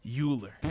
Euler